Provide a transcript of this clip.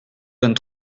vingt